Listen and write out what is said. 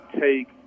take